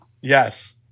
yes